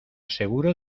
seguro